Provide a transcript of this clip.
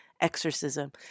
exorcism